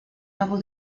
pago